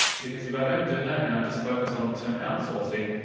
because if i don't do that and i just focused on the term outsourcing,